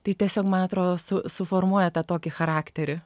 tai tiesiog man atrodo su suformuoja tą tokį charakterį